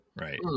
Right